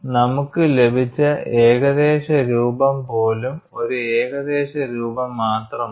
നമുക്ക് ലഭിച്ച ഏകദേശ രൂപം പോലും ഒരു ഏകദേശ രൂപം മാത്രമാണ്